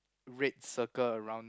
red circle around